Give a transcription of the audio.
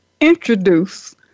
introduce